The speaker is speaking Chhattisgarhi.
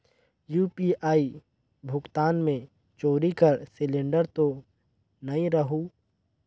यू.पी.आई भुगतान मे चोरी कर सिलिंडर तो नइ रहु?